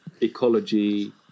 ecology